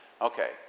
Okay